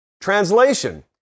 Translation